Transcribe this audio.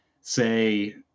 say